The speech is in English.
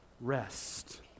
rest